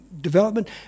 development